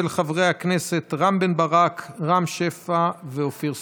של חברי הכנסת רם בן ברק, רם שפע ואופיר סופר.